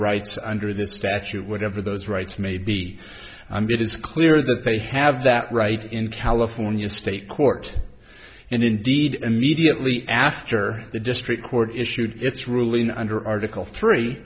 rights under this statute whatever those rights may be it is clear that they have that right in california state court and indeed immediately after the district court issued its ruling under article three